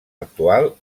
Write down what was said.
actual